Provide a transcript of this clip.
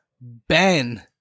Ben